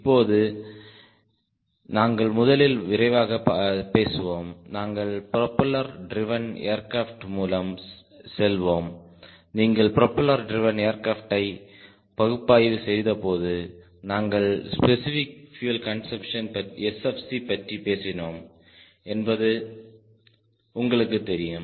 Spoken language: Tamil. இப்போது நாங்கள் முதலில் விரைவாகப் பேசுவோம் நாங்கள் ப்ரொபெல்லர் ட்ரிவேன் ஏர்கிராப்ட் மூலம் செல்வோம் நீங்கள் ப்ரொபெல்லர் ட்ரிவேன் ஏர்கிராப்ட்டை பகுப்பாய்வு செய்தபோது நாங்கள் ஸ்பெசிபிக் பியூயல் கன்சம்ப்ஷன் SFC பற்றி பேசினோம் என்பது உங்களுக்குத் தெரியும்